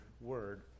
word